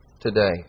today